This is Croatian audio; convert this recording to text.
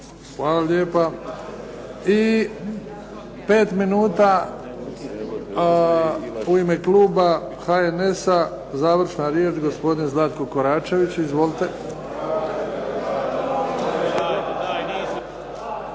Hvala lijepa. I pet minuta u ime kluba HNS-a, završna riječ, gospodin Zlatko Koračević. Izvolite.